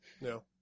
No